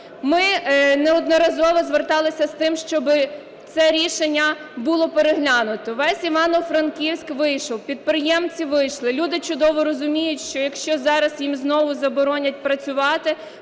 Ми неодноразово зверталися з тим, щоб це рішення було переглянуто. Весь Івано-Франківськ вийшов, підприємці вийшли. Люди чудово розуміють, що якщо зараз їм знову заборонять працювати,